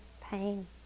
pain